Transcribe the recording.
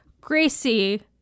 Gracie